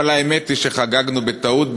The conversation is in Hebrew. אבל האמת היא שחגגנו בטעות,